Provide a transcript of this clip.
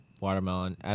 watermelon